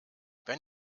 wenn